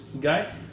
guy